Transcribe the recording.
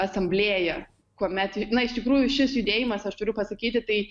asamblėja kuomet na iš tikrųjų šis judėjimas aš turiu pasakyti tai